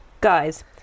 guys